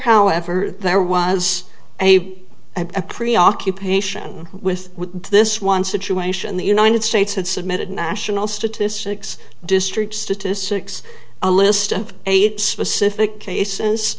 however there was a and preoccupation with this one situation the united states had submitted national statistics district statistics a list of eight specific cases